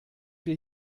wir